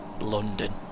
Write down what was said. London